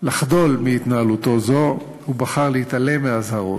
לחדול מהתנהלותו זו ובחר להתעלם מהאזהרות.